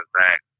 back